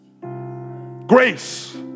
Grace